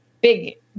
big